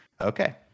Okay